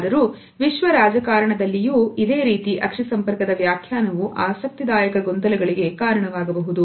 ಆದರೂ ವಿಶ್ವ ರಾಜಕಾರಣದಲ್ಲಿಯೂ ಇದೇ ರೀತಿ ಅಕ್ಷಿ ಸಂಪರ್ಕದ ವ್ಯಾಖ್ಯಾನವು ಆಸಕ್ತಿದಾಯಕ ಗೊಂದಲಗಳಿಗೆ ಕಾರಣವಾಗಬಹುದು